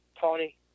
Tony